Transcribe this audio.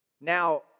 Now